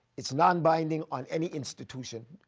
it's nonbinding on any institution.